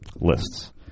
lists